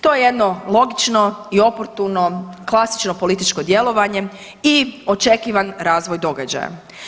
To je jedno logično i oportuno klasično političko djelovanje i očekivan razvoj događaja.